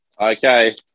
Okay